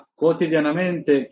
quotidianamente